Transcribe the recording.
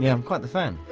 yeah i'm quite the fan.